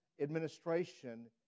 administration